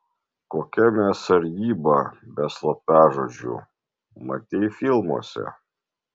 kokia mes sargyba be slaptažodžių matei filmuose